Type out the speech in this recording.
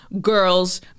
girls